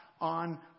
on